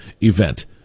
event